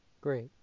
Great